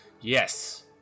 Yes